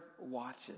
watches